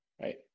Right